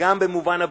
וגם במובן הבנייה.